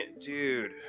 dude